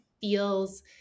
feels